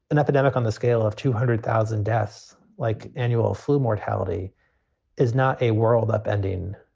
an epidemic on the scale of two hundred thousand deaths like annual flu mortality is not a world up ending.